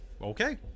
Okay